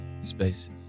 spaces